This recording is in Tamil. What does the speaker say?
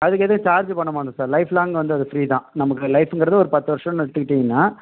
அதுக்கு எதுவும் சார்ஜ் பண்ண மாட்டோம் சார் லைஃப் லாங்க் வந்து அது ஃப்ரீ தான் நமக்கு லைஃப்ங்கிறது ஒரு பத்து வருஷம்னு எடுத்துக்கிட்டீங்கன்னால்